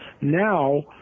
now